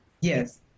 Yes